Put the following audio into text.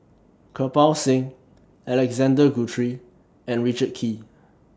Kirpal Singh Alexander Guthrie and Richard Kee